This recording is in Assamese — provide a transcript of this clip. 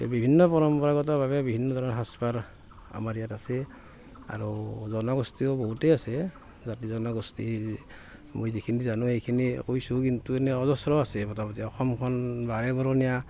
বিভিন্ন পৰম্পৰাগতভাৱে বিভিন্ন ধৰণৰ সাজপাৰ আমাৰ ইয়াত আছে আৰু জনগোষ্ঠীয় বহুতেই আছে জাতি জনগোষ্ঠীৰ মই যিখিনি জানো এইখিনি কৈছো কিন্তু এনে অজস্ৰ আছে মোটামুটি অসমখন বাৰেবৰণীয়া